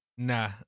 Nah